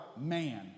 man